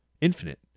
infinite